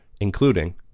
including